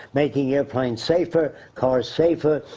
making airplanes safer, cars safer,